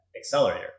Accelerator